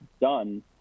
done